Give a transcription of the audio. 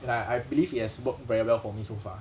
and I I believe it has worked very well for me so far